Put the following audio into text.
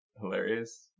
hilarious